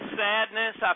sadness